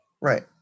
Right